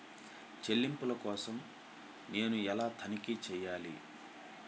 చెల్లింపుల కోసం నేను ఎలా తనిఖీ చేయాలి?